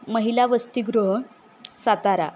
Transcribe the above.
महिला वसतिगृह सातारा